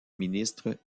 ministres